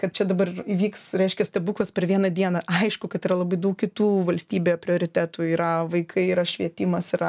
kad čia dabar įvyks reiškia stebuklas per vieną dieną aišku kad yra labai daug kitų valstybėje prioritetų yra vaikai yra švietimas yra